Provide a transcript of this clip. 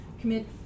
commit